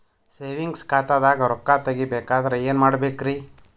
Savings ಖಾತಾದಾಗ ರೊಕ್ಕ ತೇಗಿ ಬೇಕಾದರ ಏನ ಮಾಡಬೇಕರಿ?